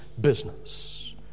business